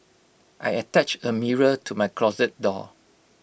I attached A mirror to my closet door